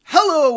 Hello